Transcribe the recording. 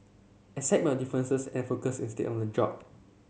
accept your differences and focus instead on the job